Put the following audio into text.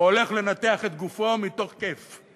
או הולך לנתח את גופו מתוך כיף.